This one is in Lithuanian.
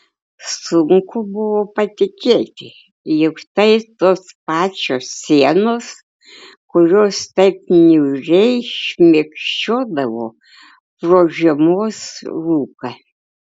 sunku buvo patikėti jog tai tos pačios sienos kurios taip niūriai šmėkšodavo pro žiemos rūką